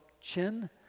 Chin